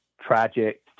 tragic